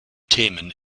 themen